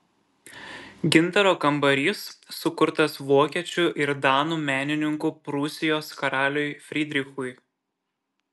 gintaro kambarys sukurtas vokiečių ir danų menininkų prūsijos karaliui frydrichui